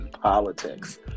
politics